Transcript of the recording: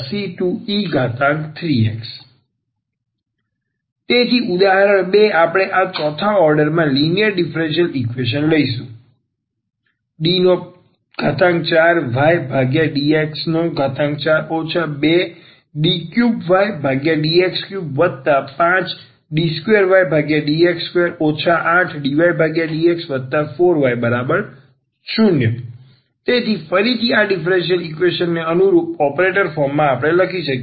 yc1e2xc2e3x તેથી ઉદાહરણ 2 આપણે આ ચોથા ઓર્ડરમાં લિનિયર ડીફરન્સીયલ ઈક્વેશન લઈશું d4ydx4 2d3ydx35d2ydx2 8dydx4y0 તેથી ફરીથી આ ડીફરન્સીયલ ઈક્વેશન ને અનુરૂપ આપણે ઓપરેટર ફોર્મમાં લખી શકીએ